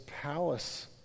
palace